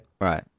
Right